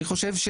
אני חושב,